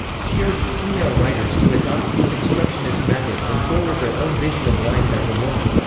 she urged female writers to adopt deconstructionist methods and forward their own vision of life as a woman.